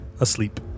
asleep